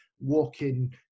walking